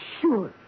sure